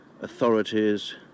authorities